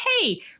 hey